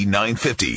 950